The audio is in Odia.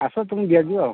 ଆସ ତୁମକୁ ଦିଆଯିବ